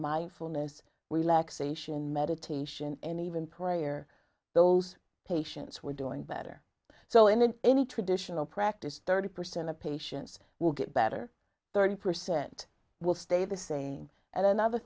mindfulness relaxation meditation and even prayer those patients were doing better so in any traditional practice thirty percent of patients will get better thirty percent will stay the same and another